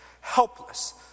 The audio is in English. helpless